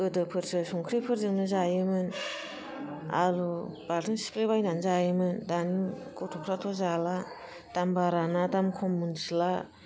गोदोफोरसो संख्रिफोरजोंनो जायोमोन आलु बाथोन सिफ्ले बायनानै जायोमोन दानि गथ'फ्राथ' जाला दाम बारा ना दाम खम मिथिला